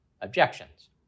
objections